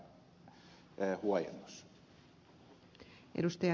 arvoisa puhemies